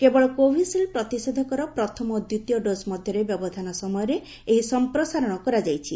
କେବଳ କୋଭିସିଲ୍ଡ ପ୍ରତିଷେଧକର ପ୍ରଥମ ଓ ଦ୍ୱିତୀୟ ଡୋଜ ମଧ୍ୟରେ ବ୍ୟବଧାନ ସମୟରେ ଏହି ସମ୍ପ୍ରସାରଣ କରାଯାଇଛି